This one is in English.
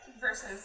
Versus